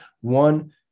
One